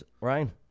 Ryan